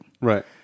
Right